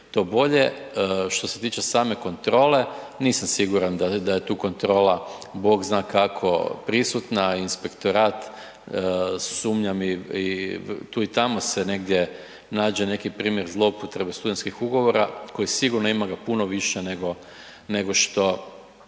Što se tiče same kontrole, nisam siguran da je tu kontrola Bog zna kako prisutna. Inspektorat, sumnjam i tu i tamo se negdje nađe neki primjer zloupotrebe studentskih ugovora, koji sigurno, ima ga puno više nego što